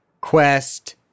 Quest